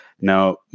Now